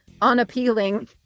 unappealing